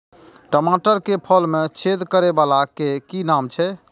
टमाटर के फल में छेद करै वाला के कि नाम छै?